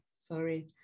sorry